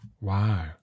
Wow